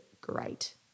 great